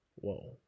Whoa